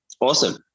Awesome